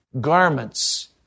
garments